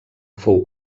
fou